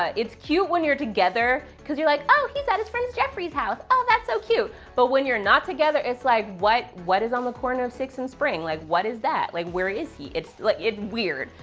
ah it's cute when you're together, because you're like, oh, he's at his friend's, jeffrey's house. oh, that's so cute. but when you're not together, it's like, what, what is on the corner of sixth and spring? like what is that? like where is he? it's like it's weird.